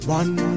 one